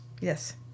Yes